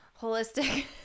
holistic